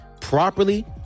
properly